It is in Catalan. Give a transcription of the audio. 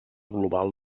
global